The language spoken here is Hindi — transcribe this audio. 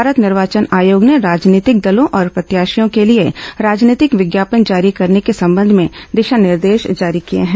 भारत निर्वाचन आयोग ने राजनीतिक दलों और प्रत्याशियों के लिए राजनीतिक विज्ञापन जारी करने के संबंध में दिशा निर्देश जारी किए हैं